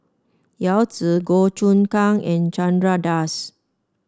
Yao Zi Goh Choon Kang and Chandra Das